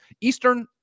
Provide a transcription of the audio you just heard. Eastern